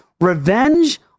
Revenge